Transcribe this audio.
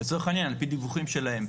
לצורך העניין על-פי דיווחים שלהם.